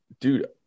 dude